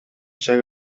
чек